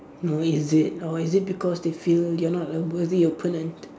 no is it or is it because they feel you are not a worthy opponent